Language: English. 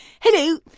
Hello